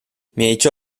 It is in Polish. miejcie